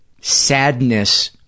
sadness